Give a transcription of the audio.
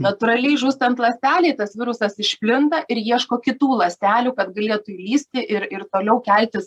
natūraliai žūstant ląstelei tas virusas išplinta ir ieško kitų ląstelių kad galėtų lįsti ir ir toliau keltis